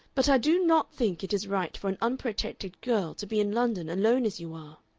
but i do not think it is right for an unprotected girl to be in london alone as you are.